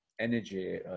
energy